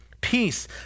Peace